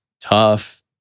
tough